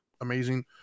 amazing